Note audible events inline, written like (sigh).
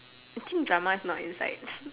the thing drama is not inside (breath)